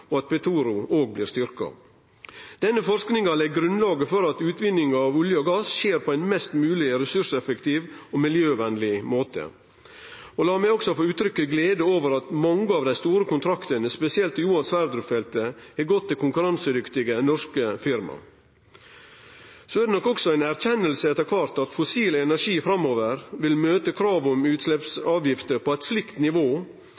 og at Petoro òg blir styrkt. Denne forskinga legg grunnlaget for at utvinninga av olje og gass skjer på ein mest mogleg ressurseffektiv og miljøvenleg måte. Lat meg også få utrykkje glede over at mange av dei store kontraktane, spesielt til Johan Sverdrup-feltet, har gått til konkurransedyktige norske firma. Det er etter kvart også ei erkjenning at fossil energi framover vil møte krav om utsleppsavgifter på eit slikt nivå